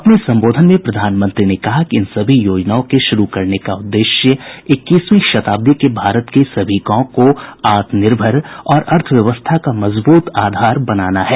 अपने संबोधन में प्रधानमंत्री ने कहा कि इन सभी योजनाओं के शुरू करने का उद्देश्य इक्कीसवीं शताब्दी के भारत के सभी गांव को आत्मनिर्भर और अर्थव्यवस्था का मजबूत आधार बनाना है